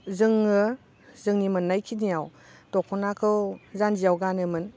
जोङो जोंनि मोननाय खिनियाव दख'नाखौ जानजियाव गानोमोन